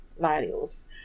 values